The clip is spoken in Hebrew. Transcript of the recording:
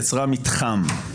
יצרה מתחם.